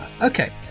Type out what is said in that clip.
Okay